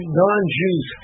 non-Jews